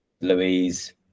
Louise